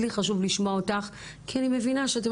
לי חשוב לשמוע אותך כי אני מבינה שאתן